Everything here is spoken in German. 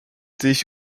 sich